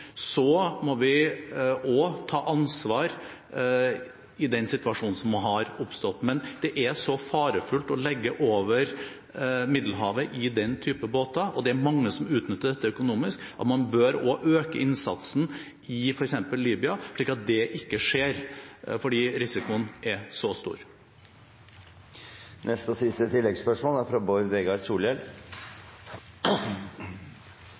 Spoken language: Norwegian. må også ta ansvar i den situasjonen som har oppstått. Det er så farefullt å legge ut over Middelhavet i den type båter – og det er mange som utnytter dette økonomisk – at man også bør øke innsatsen i f.eks. Libya, slik at det ikke skjer, for risikoen er stor.